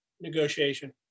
negotiation